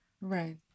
right